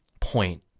point